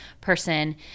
person